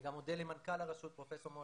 אני גם מודה למנכ"ל הרשות פרופסור מור